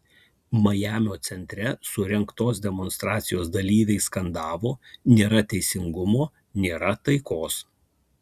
majamio centre surengtos demonstracijos dalyviai skandavo nėra teisingumo nėra taikos